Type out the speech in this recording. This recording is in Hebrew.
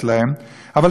אבל תנאי אחד הוא עשה אתו: